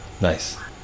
Nice